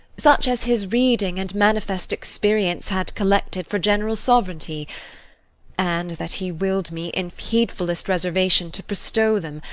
such as his reading and manifest experience had collected for general sovereignty and that he will'd me in heedfull'st reservation to bestow them,